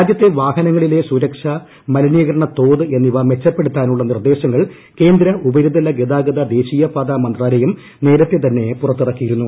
രാജ്യത്തെ വാഹനങ്ങളിലെ സുരക്ഷ മലിനീകരണ തോത് എന്നിവ മെച്ചപ്പെടുത്താനുള്ള നിർദ്ദേശങ്ങൾ കേന്ദ്ര ഉപരിതല ഗതാഗത ദേശീയപാത മന്ത്രാലയം നേരത്തെ തന്നെ പുറത്തിറക്കിയിരുന്നു